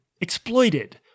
exploited